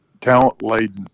talent-laden